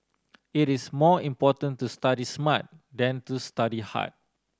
it is more important to study smart than to study hard